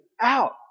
out